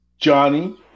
Johnny